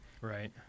Right